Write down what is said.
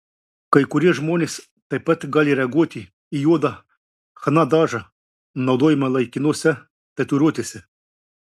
kai kurie žmonės taip pat gali reaguoti į juodą chna dažą naudojamą laikinose tatuiruotėse